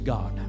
God